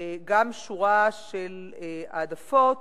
גם שורה של העדפות,